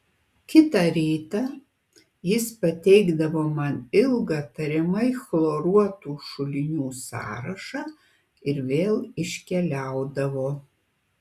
kitą rytą jis pateikdavo man ilgą tariamai chloruotų šulinių sąrašą ir vėl iškeliaudavo